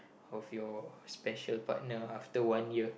of your special partner after one year